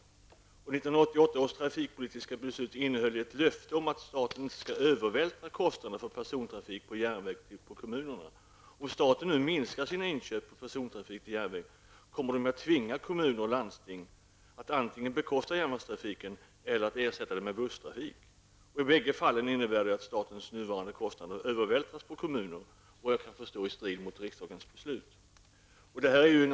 1988 års trafikpolitiska beslut innehöll ett löfte om att staten inte skall övervältra kostnaderna för persontrafik på järnväg till kommunerna. Om staten nu minskar sina inköp för persontrafik på järnväg kommer kommun och landsting att tvingas att antingen bekosta järnvägstrafiken eller att ersätta den med busstrafik. I bägge fallen innebär det att statens nuvarande kostnader övervältras på kommunerna i strid mot riksdagens beslut, såvitt jag kan förstå.